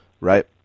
Right